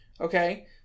Okay